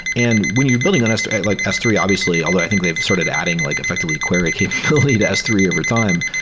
and when you're building on s three like s three, obviously, although i think they've started adding like effectively query capability to s three overtime,